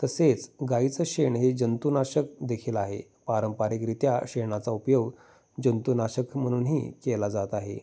तसेच गाईचं शेण हे जंतुनाशक देखील आहे पारंपरिकरित्या शेणाचा उपयोग जंतुनाशक म्हणूनही केला जात आहे